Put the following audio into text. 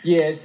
Yes